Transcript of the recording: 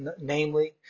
namely